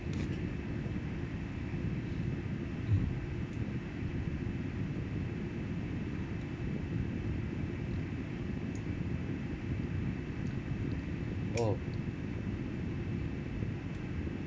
mm oh